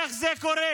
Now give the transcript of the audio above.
איך זה קורה?